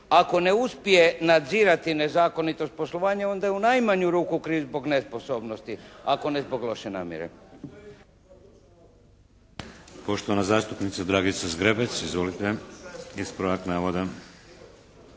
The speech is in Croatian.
Ako ne uspije nadzirati nezakonitost poslovanja onda je u najmanju ruku kriv zbog nesposobnosti ako ne zbog loše namjere.